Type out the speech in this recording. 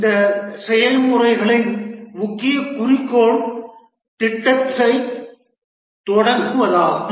இந்த செயல்முறைகளின் முக்கிய குறிக்கோள் திட்டத்தை தொடங்குவதாகும்